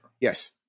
Yes